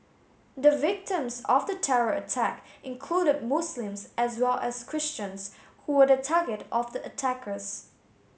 the victims of the terror attack included Muslims as well as Christians who were the target of the attackers